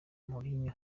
mourinho